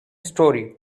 story